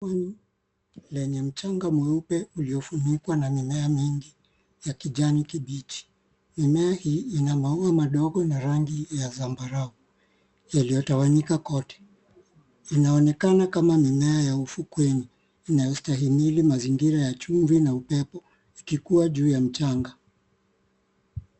Ufukoni lenye mchanga mweupe uliofunikwa na mimea mingi ya kijani kibichi. Mimea hii Ina maua madogo na rangi ya zambarau iliyotawanyika kote. Inaonekana kama mimea ya ufukweni, inayostahimili mazingira ya chumvi na upepo ikikuwa juu ya mchanga.